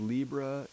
Libra